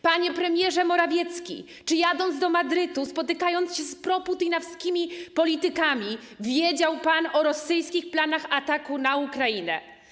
Panie premierze Morawiecki, czy jadąc do Madrytu, spotykając się z proputinowskimi politykami, wiedział pan o rosyjskich planach ataku na Ukrainę.